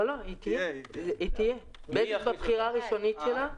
היא תהיה, בטח בבחירה הראשונית שלה.